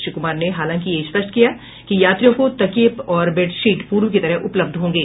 श्री कुमार ने हालांकि यह स्पष्ट किया है कि यात्रियों को तकिये और बेड शीट पूर्व की तरह उपलब्ध होंगे